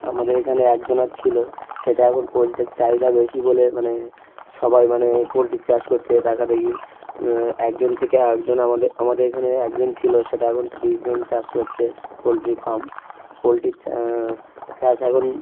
আমাদের এখানে একজনের ছিল সেটা এখন পোল্ট্রির চাহিদা বেশি বলে মানে সবাই মানে পোল্ট্রির চাষ কোচ্ছে দেখাদেখি একজন থেকে একজন আমাদের এখানে একজন ছিল সেটা এখন তিরিশ জন চাষ কোচ্ছে পোল্ট্রি ফার্ম পোল্ট্রি চা চাষ এখন